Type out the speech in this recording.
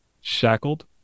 shackled